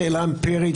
זאת שאלה אמפירית,